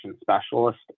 specialist